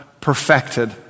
perfected